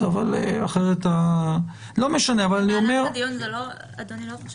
זה לא יכול